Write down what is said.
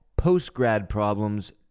postgradproblems